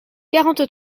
quarante